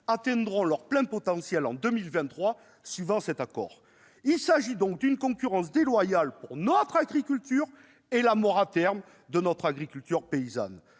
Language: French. atteindront leur plein potentiel en 2023, conformément à cet accord. Il s'agit d'une concurrence déloyale pour notre agriculture et de la mort, à terme, de notre agriculture paysanne.